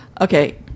Okay